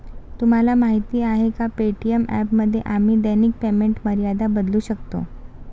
तुम्हाला माहीत आहे का पे.टी.एम ॲपमध्ये आम्ही दैनिक पेमेंट मर्यादा बदलू शकतो?